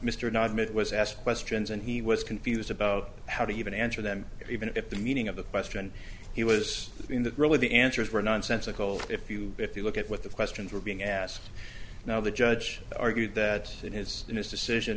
not mitt was asked questions and he was confused about how to even answer them even if the meaning of the question he was given that really the answers were nonsensical if you if you look at what the questions were being asked now the judge argued that in his in his decision